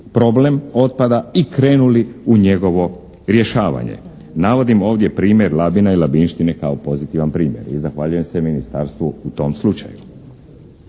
problem otpada i krenuli u njegovo rješavanje. Navodim ovdje primjer Labina i labinštine kao pozitivan primjer i zahvaljujem se ministarstvu u tom slučaju.